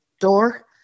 door